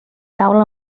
taula